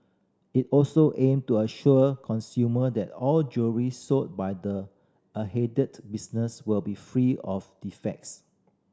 it also aim to assure consumer that all jewellery sold by the business will be free of defects